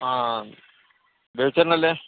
ആ ബേബി ചേട്ടനല്ലേ